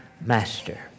Master